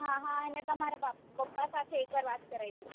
હાં હાં અને તમાર પપ પપ્પા સાથે એકવાર વાત કરાઈ દેજો